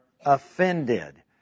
offended